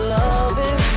loving